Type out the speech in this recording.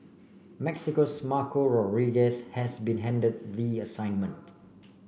Mexico's Marco Rodriguez has been handed the assignment